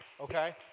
okay